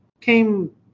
came